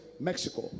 Mexico